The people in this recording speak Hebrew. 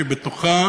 שבתוכה